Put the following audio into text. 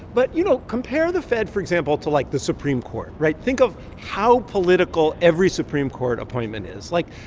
but, you know, compare the fed, for example, to, like, the supreme court, right? think of how political every supreme court appointment is. like,